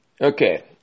Okay